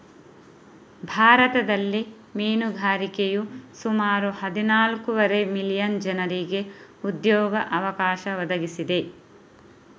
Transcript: ಭಾರತದಲ್ಲಿ ಮೀನುಗಾರಿಕೆಯು ಸುಮಾರು ಹದಿನಾಲ್ಕೂವರೆ ಮಿಲಿಯನ್ ಜನರಿಗೆ ಉದ್ಯೋಗ ಅವಕಾಶ ಒದಗಿಸಿದೆ